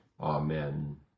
Amen